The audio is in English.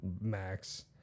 max